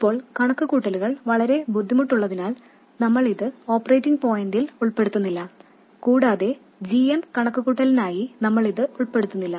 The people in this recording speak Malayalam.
ഇപ്പോൾ കണക്കുകൂട്ടലുകൾ വളരെ ബുദ്ധിമുട്ടുള്ളതിനാൽ നമ്മൾ ഇത് ഓപ്പറേറ്റിംഗ് പോയിന്റിൽ ഉൾപ്പെടുത്തുന്നില്ല കൂടാതെ g m കണക്കുകൂട്ടലിനായും നമ്മൾ ഇത് ഉൾപ്പെടുത്തുന്നില്ല